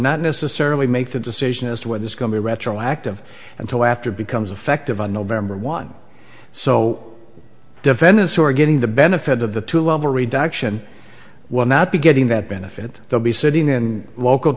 not necessarily make the decision as to whether it's going to be retroactive until after it becomes effective on november one so defendants who are getting the benefit of the two level reduction will not be getting that benefit they'll be sitting